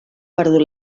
perdut